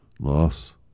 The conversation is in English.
Loss